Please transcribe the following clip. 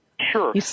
Sure